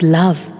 love